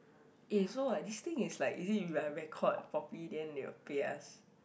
eh so what this thing is like is it you are record properly then they will pay us